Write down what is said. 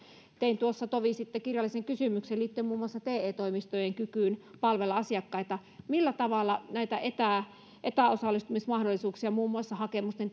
tein tuossa tovi sitten kirjallisen kysymyksen liittyen muun muassa te toimistojen kykyyn palvella asiakkaita millä tavalla näitä etäosallistumismahdollisuuksia muun muassa hakemusten